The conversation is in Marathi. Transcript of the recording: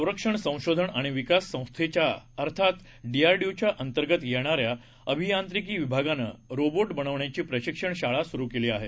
संरक्षण संशोधन आणि विकास संस्थेच्या अर्थात डीआर डी ओ अंतर्गत येणाऱ्या अभियांत्रीकी विभागानं रोबोट बनवण्याची प्रशिक्षण शाळा सुरू केली आहे